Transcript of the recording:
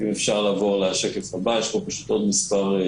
של הנהלת בתי המשפט לשפר את מרתפי האסירים